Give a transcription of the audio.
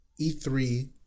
E3